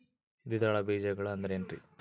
ದ್ವಿದಳ ಬೇಜಗಳು ಅಂದರೇನ್ರಿ?